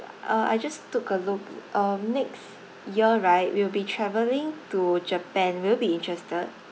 uh I just took a look um next year right we'll be travelling to japan will you be interested